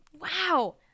Wow